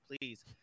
please